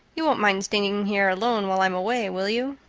you won't mind staying here alone while i'm away, will you?